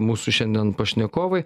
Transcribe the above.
mūsų šiandien pašnekovai